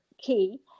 key